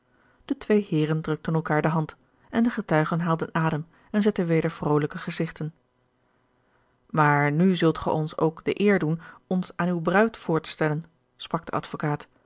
de twee heeren drukten elkaar de hand en de getuigen haalden adem en zetten weder vroolijke gezichten maar nu zult ge ons ook de eer doen ons aan uwe bruid voor te stellen sprak de advokaat